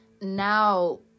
Now